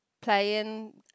playing